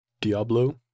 Diablo